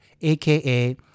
aka